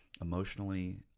Emotionally